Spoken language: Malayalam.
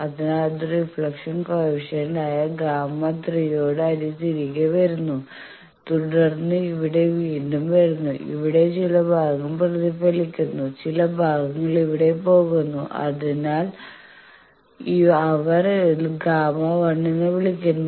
അതിനാൽ അത് ഒരു റിഫ്ലക്ഷൻ കോയെഫിഷ്യയന്റ് ആയ ഗാമാ 3 യോടെ തിരികെ വരുന്നു തുടർന്ന് ഇവിടെ വീണ്ടും വരുന്നു ഇവിടെ ചില ഭാഗങ്ങൾ പ്രതിഫലിക്കുന്നു ചില ഭാഗങ്ങൾ ഇവിടെ പോകുന്നു ഇതിനെ അവർ Γ1 എന്ന് വിളിക്കുന്നു